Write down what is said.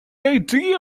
idea